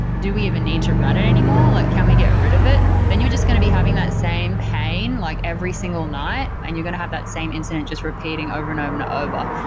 do we even need to run it anymore? can we get rid of it? then you're just going to be having that same pain like every single night and you're going to have that same incident just repeating over and over and over.